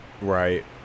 right